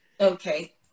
Okay